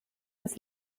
bis